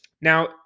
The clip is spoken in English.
Now